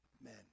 men